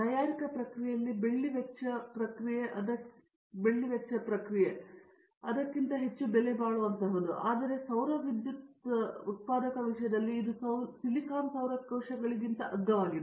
ತಯಾರಿಕಾ ಪ್ರಕ್ರಿಯೆಯಲ್ಲಿ ಬೆಳ್ಳಿ ವೆಚ್ಚ ಪ್ರಕ್ರಿಯೆ ಅದಕ್ಕಿಂತ ಹೆಚ್ಚು ಬೆಲೆಬಾಳುವಂತಹುದು ಆದರೆ ಸೌರ ವಿದ್ಯುತ್ ಉತ್ಪಾದಕ ವಿಷಯದಲ್ಲಿ ಇದು ಸಿಲಿಕಾನ್ ಸೌರ ಕೋಶಗಳಿಗಿಂತ ಅಗ್ಗವಾಗಿದೆ